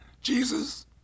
Jesus